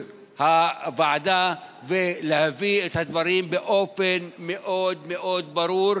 הוועדה ולהביא את הדברים באופן מאוד מאוד ברור,